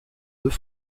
deux